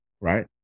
Right